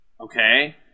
Okay